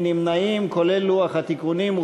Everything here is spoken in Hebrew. בעד, 40, נגד, 20, אין נמנעים, כולל לוח התיקונים.